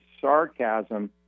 sarcasm